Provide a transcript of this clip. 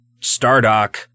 Stardock